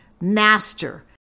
master